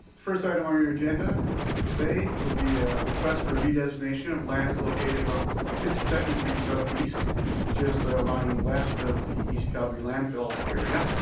first item on your agenda today will be a request for a redesignation of lands located on fifty second street southeast just ah lying west of the east calgary landfill area.